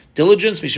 diligence